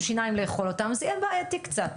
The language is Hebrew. שיניים לאכול אותן זה יהיה בעייתי קצת.